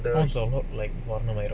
terms of hope like one like that